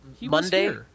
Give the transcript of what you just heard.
Monday